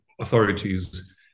authorities